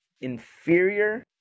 inferior